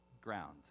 ground